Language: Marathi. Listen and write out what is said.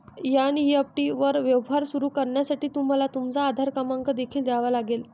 एन.ई.एफ.टी वर व्यवहार सुरू करण्यासाठी तुम्हाला तुमचा आधार क्रमांक देखील द्यावा लागेल